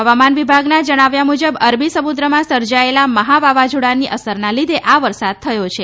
હવામાન વિભાગના જણાવ્યા મુજબ અરબી સમુદ્રમાં સર્જાયેલા મહા વાવાઝોડાની અસરના લીધે આ વરસાદ થયો છે